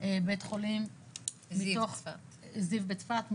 בית חולים זיו בצפת,